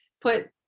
put